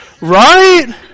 right